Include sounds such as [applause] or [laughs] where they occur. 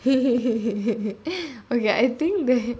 [laughs] okay I think that